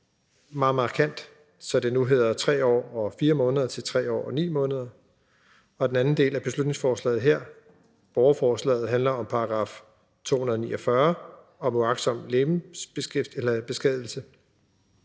det meget markant, så det nu hedder 3 år og 4 måneder til 3 år og 9 måneder. Og den anden del af beslutningsforslaget her, borgerforslaget, handler om § 249 om uagtsom legemsbeskadigelse.